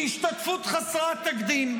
בהשתתפות חסרת תקדים.